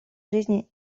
жизни